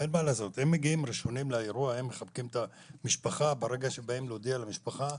הם מגיעים ראשונים לאירוע ,ברגע שמודיעים למשפחה.